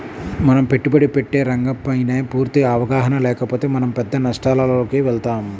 మనం పెట్టుబడి పెట్టే రంగంపైన పూర్తి అవగాహన లేకపోతే మనం పెద్ద నష్టాలలోకి వెళతాం